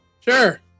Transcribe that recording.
Sure